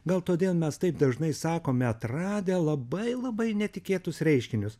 gal todėl mes taip dažnai sakome atradę labai labai netikėtus reiškinius